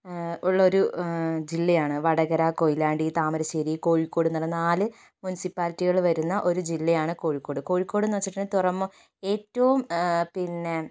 ഉള്ളൊരു ജില്ലയാണ് വടകര കൊയ്ലാണ്ടി താമരശ്ശേരി കോഴിക്കോടെന്ന് പറഞനഞ്ഞാൽ നാല് മുൻസിപ്പാലിറ്റികൾ വരുന്ന ഒരു ജില്ലയാണ് കോഴിക്കോട് കോഴിക്കോടെന്ന് വെച്ചിട്ടുണ്ടെങ്കിൽ തുറമു ഏറ്റവും പിന്നെ